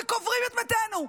וקוברים את מתינו,